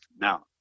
now